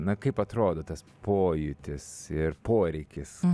na kaip atrodo tas pojūtis ir poreikis